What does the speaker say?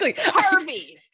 Harvey